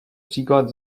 příklad